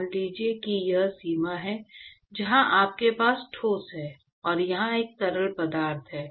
मान लीजिए कि यह सीमा है जहां आपके पास ठोस है और यहां एक तरल पदार्थ है